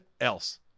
else